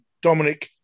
Dominic